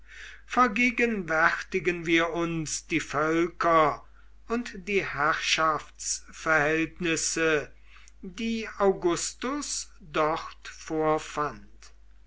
vergegenwärtigen wir uns die völker und die herrschaftsverhältnisse die augustus dort vorfand